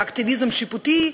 באקטיביזם שיפוטי,